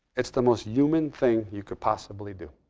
it's the most human thing you could possibly do.